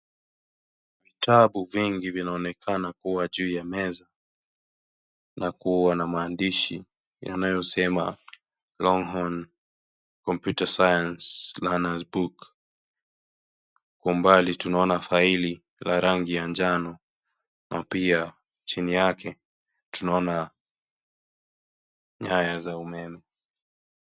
Vitabu vingi vinaonekana kuwa juu ya meza na kuwa na maandishi yanayosema longhorn computer science learners book . Kwa umbali tunaona faili la rangi ya njano na pia chini yake tunaona nyaya za umeme.